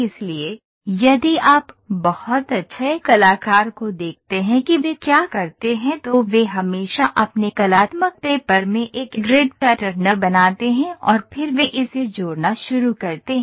इसलिए यदि आप बहुत अच्छे कलाकार को देखते हैं कि वे क्या करते हैं तो वे हमेशा अपने कलात्मक पेपर में एक ग्रिड पैटर्न बनाते हैं और फिर वे इसे जोड़ना शुरू करते हैं